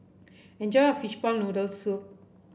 enjoy your Fishball Noodle Soup